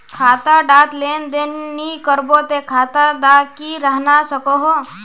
खाता डात लेन देन नि करबो ते खाता दा की रहना सकोहो?